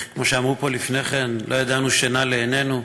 כמו שאמרו פה לפני כן, לא נתנו שינה לעינינו,